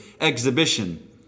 exhibition